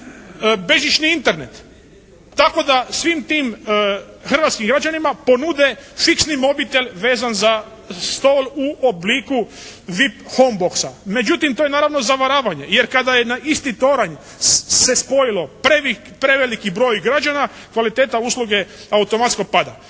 bežični Internet, tako da svim tim hrvatskim građanima ponude fiksni mobitel vezan za stol u obliku VIP home boxa. Međutim, to je naravno zavaravanje, jer kada je na isti toranj se spojilo prvi preveliki broj građana, kvaliteta usluge automatski pada.